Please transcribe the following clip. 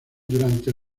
durante